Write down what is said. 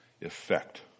effect